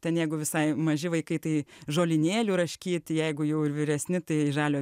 ten jeigu visai maži vaikai tai žolynėlių raškyt jeigu jau ir vyresni tai žalio